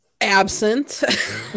absent